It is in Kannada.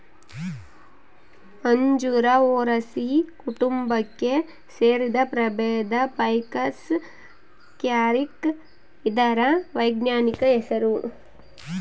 ಅಂಜೂರ ಮೊರಸಿ ಕುಟುಂಬಕ್ಕೆ ಸೇರಿದ ಪ್ರಭೇದ ಫೈಕಸ್ ಕ್ಯಾರಿಕ ಇದರ ವೈಜ್ಞಾನಿಕ ಹೆಸರು